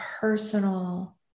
personal